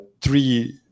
three